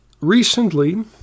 recently